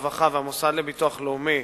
משרד הרווחה והמוסד לביטוח לאומי,